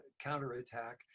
counterattack